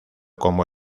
como